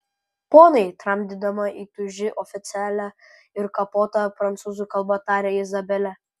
ponai tramdydama įtūžį oficialia ir kapota prancūzų kalba tarė izabelė